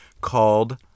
called